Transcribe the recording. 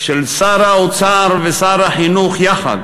של שר האוצר ושר החינוך יחד